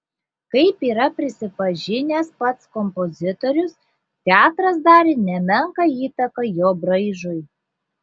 kaip yra prisipažinęs pats kompozitorius teatras darė nemenką įtaką jo braižui